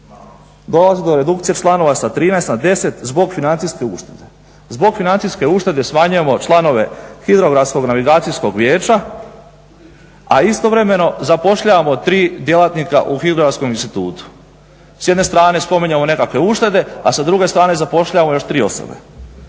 Dolazi do redukcije članova sa 13 na 10 zbog financijske uštede. Zbog financijske uštede smanjujemo članove Hidrografskog navigacijskog vijeća, a istovremeno zapošljavamo tri djelatnika u Hidrografskom institutu. S jedne strane spominjemo nekakve uštede, a sa druge strane zapošljavamo još tri osobe.